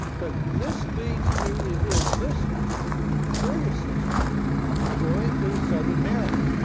but this leads to an illicit courier system going through southern maryland,